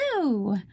blue